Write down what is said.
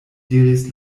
diris